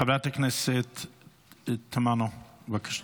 חברת הכנסת תמנו, בבקשה.